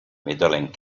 medaling